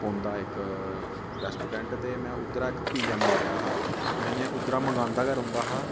पौंदा इक रेस्टोरेन्ट ते में उद्धरा इक पिज़्ज़ा मंगाया हा इ'यां में उद्धरा मंगांदा गै रौंह्दा हा